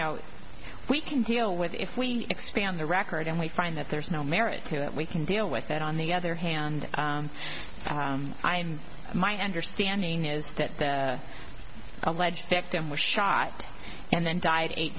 know we can deal with if we expand the record and we find that there's no merit to that we can deal with that on the other hand i and my understanding is that the alleged victim was shot and then died eight